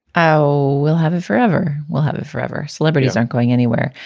oh, we'll have it forever. we'll have it forever. celebrities aren't going anywhere.